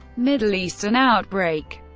middle eastern outbreak